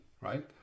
right